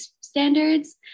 standards